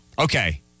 Okay